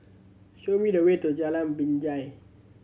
show me the way to Jalan Binjai